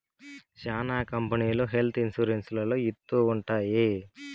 శ్యానా కంపెనీలు health insurance లలో ఇత్తూ ఉంటాయి